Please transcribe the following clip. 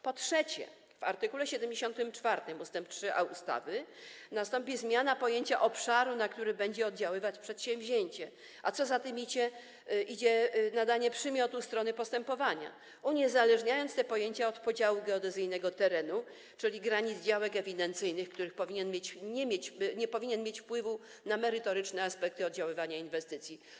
Po trzecie, w art. 74 ust. 3a ustawy nastąpi zmiana pojęcia obszaru, na który będzie oddziaływać przedsięwzięcie, a co za tym idzie, nadanie przymiotu strony postępowania, uniezależniając te pojęcia od podziału geodezyjnego terenu, czyli granic działek ewidencyjnych, który nie powinien mieć wpływu na merytoryczne aspekty oddziaływania inwestycji.